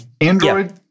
Android